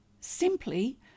simply